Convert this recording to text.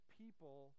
people